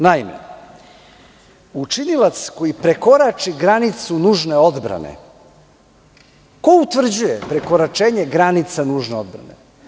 Naime, učinilac koji prekorači granicu nužne odbrane, ko utvrđuje prekoračenje granica nužne odbrane?